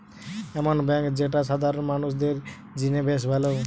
এমন বেঙ্ক যেটা সাধারণ মানুষদের জিনে বেশ ভালো